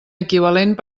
equivalent